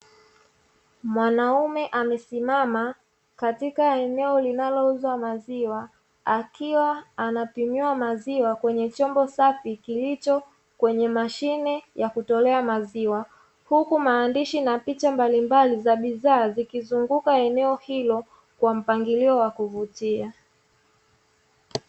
Mwanaume amesimama katika eneo linalouza maziwa, akiwa anapimiwa maziwa kwenye chombo safi kilicho kwenye mashine ya kutolea maziwa huku maandishi na picha mbalimbali za bidhaa zikizunguka eneo hilo kwa mpangilio wa kuvutia.